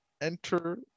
enter